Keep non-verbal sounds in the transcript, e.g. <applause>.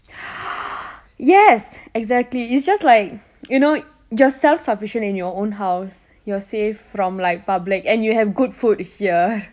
<breath> yes exactly it's just like you know you are self sufficient in your own house you are safe from like public and you have good food here